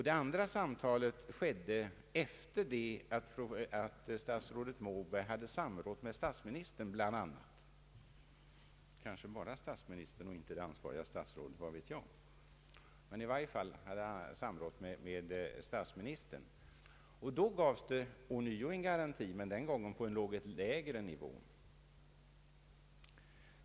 Det andra samtalet ägde rum efter det att statsrådet Moberg hade samrått med statsministern bland andra — kanske bara med statsministern och inte med det ansvariga statsrådet, vad vet jag! I varje fall hade han samrått med statsministern, och sedan gavs ånyo en garanti, men den gången på en något lägre nivå.